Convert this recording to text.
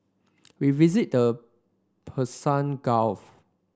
we visited the Persian Gulf